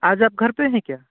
आज आप घर पे हैं क्या